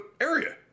area